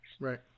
Right